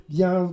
Bien